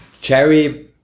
Cherry